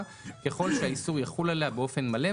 ככל שהאיסור יחול עליה באופן מלא,